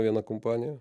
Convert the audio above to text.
viena kompanija